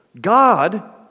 God